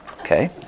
Okay